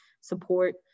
support